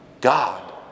God